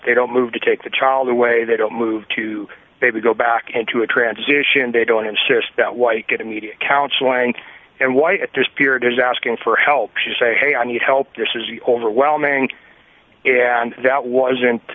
they don't move to take the child away they don't move to maybe go back into a transition they don't insist that white get immediate counseling and white their spirit is asking for help she say hey i need help there says the overwhelming that wasn't